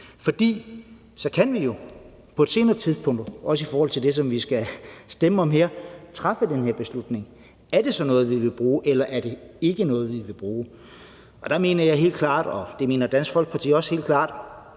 for så kan vi jo på et senere tidspunkt, også i forhold til det, vi skal stemme om her, træffe den her beslutning: Er det så noget, vi vil bruge, eller er det ikke noget, vi vil bruge? Der mener jeg helt klart, og der mener Dansk Folkeparti også helt klart,